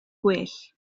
gwell